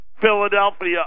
Philadelphia